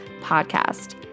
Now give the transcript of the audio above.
podcast